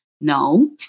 no